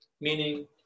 Meaning